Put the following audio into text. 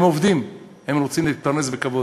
הם עובדים, הם רוצים להתפרנס בכבוד.